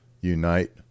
unite